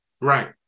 Right